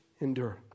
endure